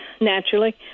naturally